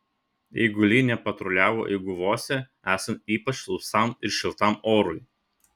eiguliai nepatruliavo eiguvose esant ypač sausam ir šiltam orui